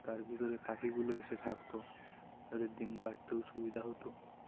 তার ভিতরে পাখিগুলো এসে থাকতো তাদের ডিম পারতেও সুবিধা হতো